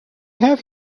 have